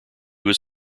was